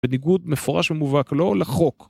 בניגוד מפורש ומובהק לא לחוק